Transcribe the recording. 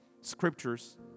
scriptures